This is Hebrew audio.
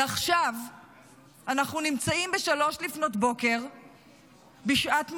ועכשיו אנחנו נמצאים ב-03:00 בשעת מלחמה,